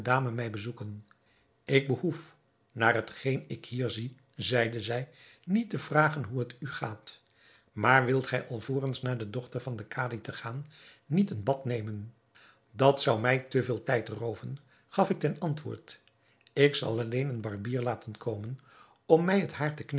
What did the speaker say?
mij bezoeken ik behoef naar hetgeen ik hier zie zeide zij niet te vragen hoe het u gaat maar wilt gij alvorens naar de dochter van den kadi te gaan niet een bad nemen dat zou mij te veel tijd rooven gaf ik ten antwoord ik zal alleen een barbier laten komen om mij het haar te